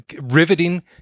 riveting